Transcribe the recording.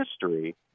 history